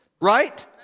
right